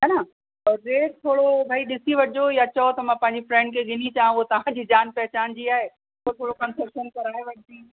है न त ड्रेस थोरो भई ॾिसे वठिजो या चओ त मां पंहिंजी फ्रेंड खे ॾिनी अचां उहो तव्हां जी जान पहचान जी आहे त थोरो कनसेशन करे वठंदी